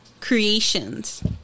creations